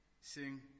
sing